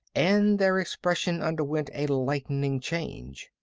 and their expression underwent a lightning change.